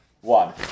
one